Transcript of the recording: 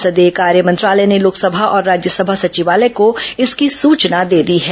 संसदीय कार्य मंत्रालय ने लोकसभा और राज्यसभा सचिवालय को इसकी सूचना दे दी है